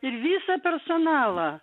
ir visą personalą